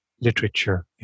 literature